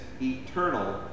eternal